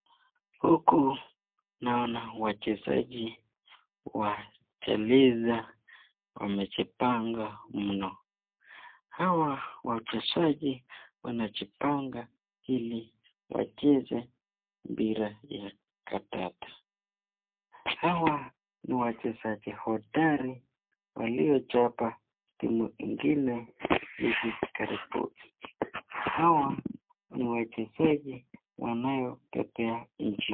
Huku naona wachezaji wa cheliza wamejipanga mno. hawa wachezaji Wanajipanga ili wacheze mpira ya kandanda. Hawa ni wachezaji hodari walichapa timu ingine hivi karibuni. hawa wanaopepea nchi.